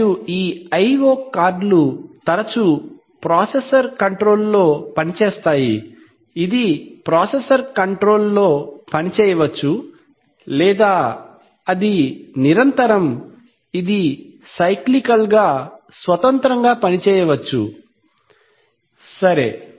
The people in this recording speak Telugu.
కాబట్టి మరియు ఈ I O కార్డులుIO cards తరచూ ప్రాసెసర్ కంట్రోల్ లో పనిచేస్తాయి ఇది ప్రాసెసర్ కంట్రోల్ లో పనిచేయవచ్చు లేదా అది నిరంతరం ఇది సైక్లికల్ గా స్వతంత్రంగా పనిచేయవచ్చు సరే